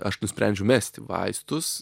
aš nusprendžiau mesti vaistus